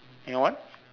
and your one